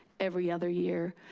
every other year.